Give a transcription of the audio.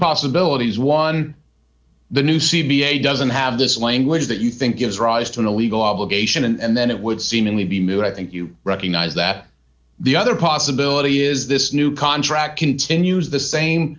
possibilities one the new c b a doesn't have this language that you think gives rise to a legal obligation and then it would seemingly be moot i think you recognize that the other possibility is this new contract continues the same